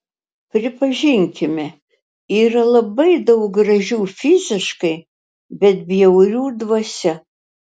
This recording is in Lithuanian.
pripažinkime yra labai daug gražių fiziškai bet bjaurių dvasia